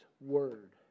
word